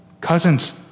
cousins